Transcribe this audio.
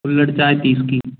कुल्हड़ चाय तीस की